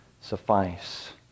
suffice